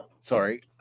Sorry